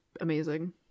amazing